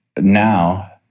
now